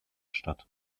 statt